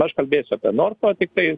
aš kalbėsiu apie norfą tiktai